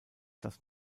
das